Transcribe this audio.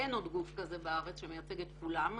אין עוד גוף כזה בארץ שמייצג את כולם.